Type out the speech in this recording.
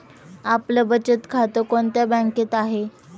आपलं बचत खातं कोणत्या बँकेत आहे?